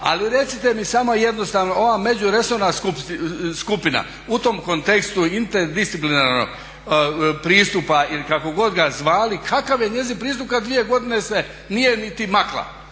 Ali recite mi samo jednostavno ova međuresorna skupina u tom kontekstu interdisciplinarnog pristupa ili kako god ga zvali kakav je njezin pristup kad dvije godine se nije niti makla.